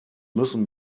müssen